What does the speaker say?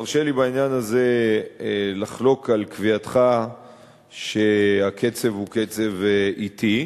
תרשה לי בעניין הזה לחלוק על קביעתך שהקצב הוא קצב אטי.